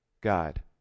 God